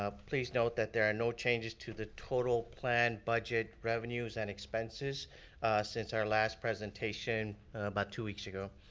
ah please note that there are no changes to the total planned budget revenues and expenses since our last presentation about two weeks ago.